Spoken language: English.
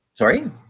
Sorry